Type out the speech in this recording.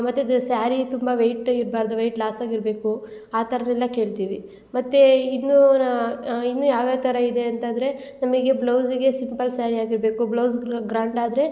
ಮತ್ತು ಅದು ಸ್ಯಾರಿ ತುಂಬ ವೆಯ್ಟ್ ಇರ್ಬಾರದು ವೆಯ್ಟ್ ಲಾಸ್ ಆಗಿ ಇರಬೇಕು ಆ ಥರದೆಲ್ಲ ಕೇಳ್ತೀವಿ ಮತ್ತು ಇನ್ನು ನಾ ಇನ್ನು ಯಾವ ಯಾವ ಥರ ಇದೆ ಅಂತಂದರೆ ನಮಗೆ ಬ್ಲೌಸಿಗೆ ಸಿಂಪಲ್ ಸ್ಯಾರಿ ಆಗಿರಬೇಕು ಬ್ಲೌಸ್ ಗ್ರ್ಯಾಂಡ್ ಆದರೆ